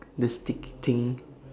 the sticky thing